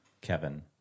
Kevin